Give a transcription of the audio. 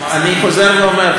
אני חוזר ואומר,